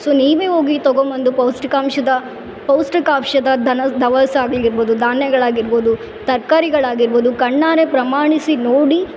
so ನೀವೇ ಹೋಗಿ ತಗೊಮ್ ಬಂದು ಪೌಷ್ಟಿಕಾಂಶದ ಪೌಷ್ಟಿಕಾಂಶದ ದನಸ್ ದವಸ್ ಆಗಿರ್ಬೋದು ಧಾನ್ಯಗಳ್ ಆಗಿರ್ಬೋದು ತರ್ಕಾರಿಗಳು ಆಗಿರ್ಬೋದು ಕಣ್ಣಾರೆ ಪ್ರಮಾಣಿಸಿ ನೋಡಿ